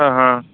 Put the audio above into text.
ஆ ஆ